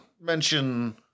mention